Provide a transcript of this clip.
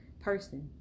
person